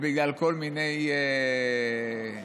בגלל כל מיני בעיות.